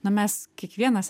na mes kiekvienas